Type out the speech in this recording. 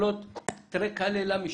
קדימה,